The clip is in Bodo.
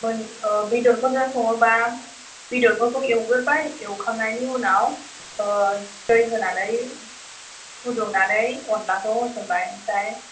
मोन बेदरफोरजों सङोबा बेदरफोरखौ एवगोरबाय एवखांनायनि उनाव दै होनानै फुदुंनानै अनलाखौ होसनबाय ओमफ्राय